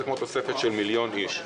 זה כמו תוספת של מיליון איש.